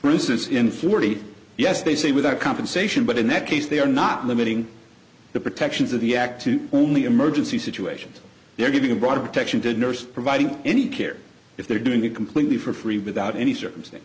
for instance in forty yes they say without compensation but in that case they are not limiting the protections of the act to only emergency situations they're giving a broad protection to nurse providing any care if they're doing it completely for free without any circumstance